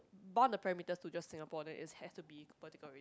bond the perimeter to just Singapore then it has to be vertical